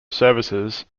services